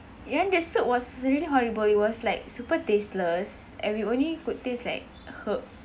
ya and the soup was really horrible it was like super tasteless and we only could taste like herbs